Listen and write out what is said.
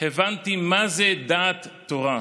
הבנתי מה זה דעת תורה.